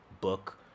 book